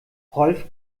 rolf